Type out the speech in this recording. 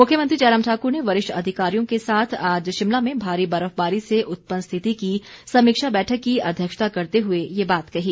मुख्यमंत्री जयराम ठाक्र ने वरिष्ठ अधिकारियों के साथ आज शिमला में भारी बर्फबारी से उत्पन्न स्थिति की समीक्षा बैठक की अध्यक्षता करते हुए ये बात कही